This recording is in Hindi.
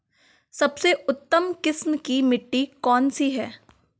सबसे उत्तम किस्म की मिट्टी कौन सी है?